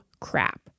crap